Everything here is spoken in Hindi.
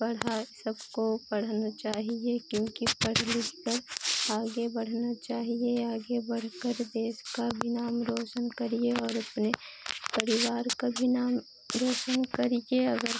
पढ़ाई सबको पढ़ना चाहिए क्योंकि पढ़ लिखकर आगे बढ़ना चाहिए आगे बढ़कर देश का भी नाम रोशन करिए और अपने परिवार का भी नाम रोशन करिए अगर